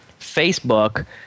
Facebook